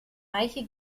reiche